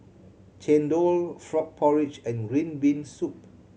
chendol frog porridge and green bean soup